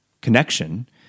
connection